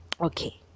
okay